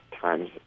times